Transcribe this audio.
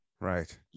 Right